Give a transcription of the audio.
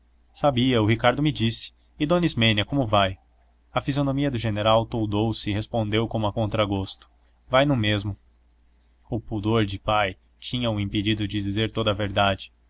sabia o ricardo me disse e dona ismênia como vai a fisionomia do general toldou se e respondeu como a contragosto vai no mesmo o pudor de pai tinha-o impedido de dizer toda a verdade